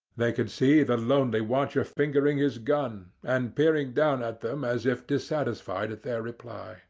they could see the lonely watcher fingering his gun, and peering down at them as if dissatisfied at their reply